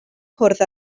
cwrdd